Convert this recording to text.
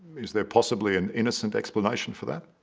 is there possibly an innocent explanation for that?